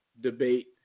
debate